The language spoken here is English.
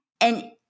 And-